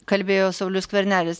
kalbėjo saulius skvernelis